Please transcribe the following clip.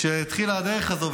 כשהתחילה הדרך הזאת,